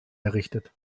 errichtet